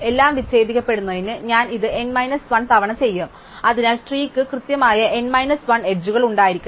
എല്ലാം വിച്ഛേദിക്കപ്പെടുന്നതിനു ഞാൻ ഇത് n 1 തവണ ചെയ്യണം അതിനാൽ ട്രീ ക്കു കൃത്യമായി n 1 അരികുകൾ ഉണ്ടായിരിക്കണം